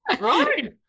Right